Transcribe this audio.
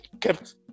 kept